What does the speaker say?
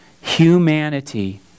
humanity